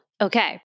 Okay